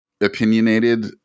opinionated